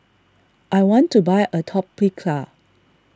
I want to buy Atopiclair